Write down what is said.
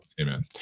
amen